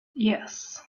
yes